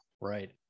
right